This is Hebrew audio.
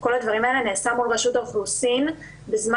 כל הדברים האלה נעשה מול רשות האוכלוסין בזמן